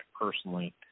personally